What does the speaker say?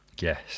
Yes